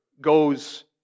goes